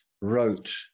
wrote